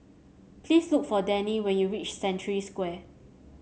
please look for Denny when you reach Century Square